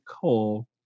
coal